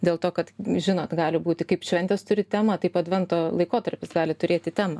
dėl to kad žinot gali būti kaip šventės turi temą taip advento laikotarpis gali turėti temą